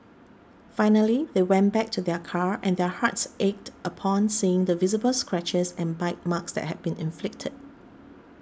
finally they went back to their car and their hearts ached upon seeing the visible scratches and bite marks that had been inflicted